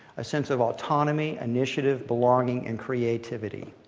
a sense of autonomy, initiative, belonging and creativity.